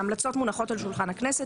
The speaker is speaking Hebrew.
10:35) ההמלצות מונחות על שולחן הכנסת,